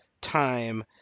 time